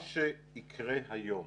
דרך אגב,